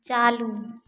चालू